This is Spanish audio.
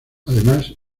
además